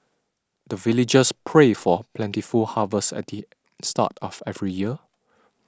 the villagers pray for plentiful harvest at the start of every year